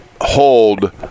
hold